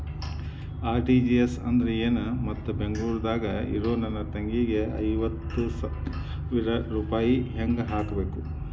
RTGS ಅಂದ್ರ ಏನು ಮತ್ತ ಬೆಂಗಳೂರದಾಗ್ ಇರೋ ನನ್ನ ತಂಗಿಗೆ ಐವತ್ತು ಸಾವಿರ ರೂಪಾಯಿ ಹೆಂಗ್ ಹಾಕಬೇಕು?